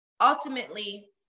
ultimately